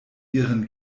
ihren